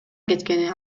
кеткени